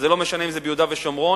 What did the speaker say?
ולא משנה אם זה ביהודה ושומרון,